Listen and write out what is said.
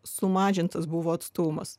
sumažintas buvo atstumas